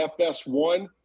FS1